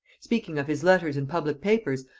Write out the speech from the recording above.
speaking of his letters and public papers,